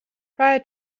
prior